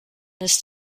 ist